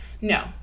No